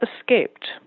escaped